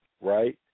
right